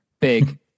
Big